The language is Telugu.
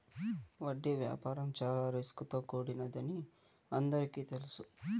వడ్డీ వ్యాపారం చాలా రిస్క్ తో కూడినదని అందరికీ తెలుసు